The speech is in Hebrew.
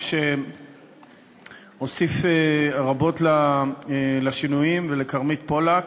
שהוסיף רבות לשינויים, לכרמית פולק,